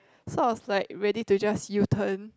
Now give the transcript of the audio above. sound of like ready to just U turn